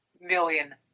million